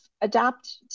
adapt